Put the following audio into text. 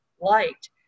liked